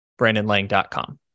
BrandonLang.com